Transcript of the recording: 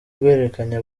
guhererekanya